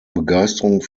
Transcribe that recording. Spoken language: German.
begeisterung